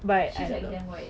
she's like damn white